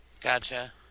Gotcha